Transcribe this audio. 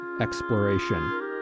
exploration